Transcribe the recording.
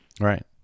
Right